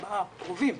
ארבעה הקרובים.